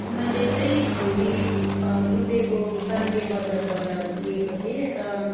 मैले चाहिँ छुरी दुधेको बाङ्गे बजारबाट लिएको थिएँ र